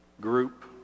group